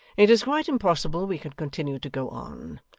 it is quite impossible we can continue to go on,